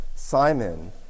Simon